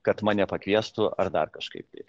kad mane pakviestų ar dar kažkaip tai